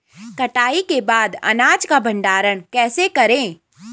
कटाई के बाद अनाज का भंडारण कैसे करें?